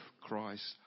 Christ